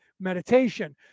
meditation